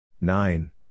nine